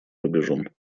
рубежом